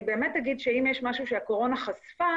באמת אגיד שאם יש משהו שהקורונה חשפה,